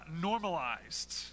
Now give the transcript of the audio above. Normalized